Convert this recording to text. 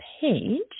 page